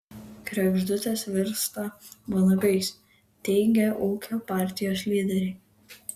kregždutės virsta vanagais teigia ūkio partijos lyderiai